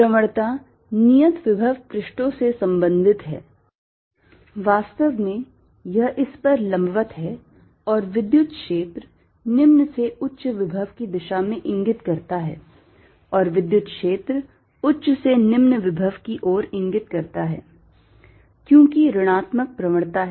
प्रवणता नियत विभव पृष्ठों से संबंधित है वास्तव में यह इस पर लंबवत है और विद्युत क्षेत्र निम्न से उच्च विभव की दिशा में इंगित करता है और विद्युत क्षेत्र उच्च से निम्न विभव की ओर इंगित करता है क्योंकि ऋणात्मक प्रवणता है